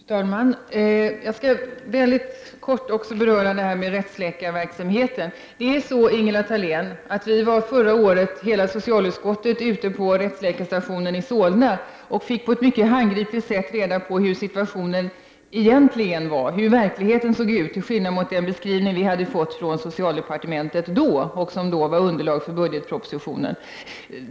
Fru talman! Jag skall väldigt kort beröra rättsläkarverksamheten. Förra året, Ingela Thalén, var hela socialutskottet ute på rättsläkarstationen i Solna. Där fick vi på ett mycket handgripligt sätt reda på hur situationen egentligen var; hur verkligheten såg ut till skillnad från den beskrivning vi hade fått från socialdepartementet och som då utgjorde underlag för budgetpropositionen.